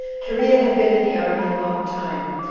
cherea had been in the army a long time,